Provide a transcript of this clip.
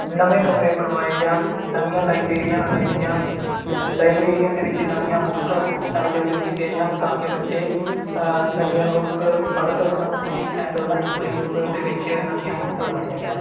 ਨਵੇਂ ਕਮਰੇ ਬਣਵਾਏ ਜਾਣ ਨਵੀਆਂ ਲਾਈਬ੍ਰੇਰੀਆਂ ਬਣਾਈਆਂ ਜਾਣ ਲਾਈਬ੍ਰੇਰੀਆਂ ਦੇ ਵਿੱਚ ਨਵੀਆਂ ਬੁੱਕਸ ਅਵੇਲੇਬਲ ਕੀਤੀਆਂ ਜਾਣ ਤਾਂ ਕਿ ਬੱਚੇ ਨਵੀਆਂ ਬੁੱਕਸ ਪੜ੍ਹ ਸਕਣ ਐਂਡ ਉਹਨਾਂ ਦੇ ਸਿਲੇਬਸ ਦੇ ਵਿੱਚ ਨਵੀਆਂ ਬੁੱਕਸ ਲਗਾਈਆਂ ਜਾਣ